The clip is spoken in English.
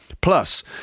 Plus